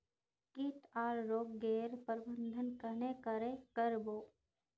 किट आर रोग गैर प्रबंधन कन्हे करे कर बो?